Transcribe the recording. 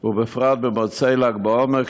ובפרט במוצאי ל"ג בעומר,